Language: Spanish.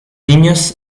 niños